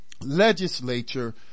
legislature